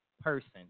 person